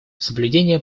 соблюдение